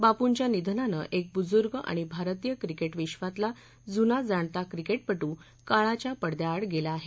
बापूंच्या निधनानं एक बुजुर्ग आणि भारतीय क्रिकेट विश्वातला जुनाजाणता क्रिकेटपटू काळाच्या पडद्याआड गेला आहे